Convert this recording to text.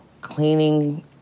cleaning